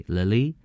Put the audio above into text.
Lily